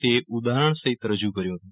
તે ઉદાહરણ સહિત રજુ કર્યુ હતું